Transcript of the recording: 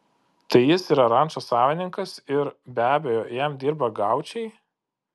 tai jis yra rančos savininkas ir be abejo jam dirba gaučai